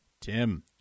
Tim